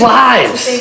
lives